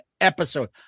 episode